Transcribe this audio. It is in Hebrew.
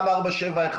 גם 471,